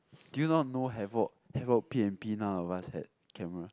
do you not know P_N_P none of us had camera